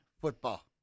football